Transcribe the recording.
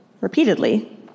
repeatedly